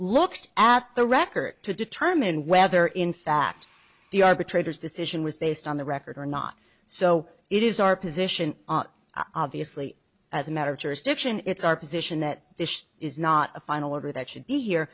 looked at the record to determine whether in fact the arbitrator's decision was based on the record or not so it is our position obviously as a matter of jurisdiction it's our position that this is not a final order that should be here